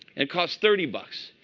it costs thirty but